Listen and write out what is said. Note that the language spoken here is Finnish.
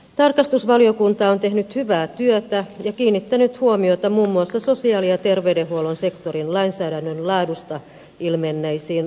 tarkastusvaliokunta on tehnyt hyvää työtä ja kiinnittänyt huomiota muun muassa sosiaali ja terveydenhuollon sektorin lainsäädännön laadussa ilmenneisiin ongelmakohtiin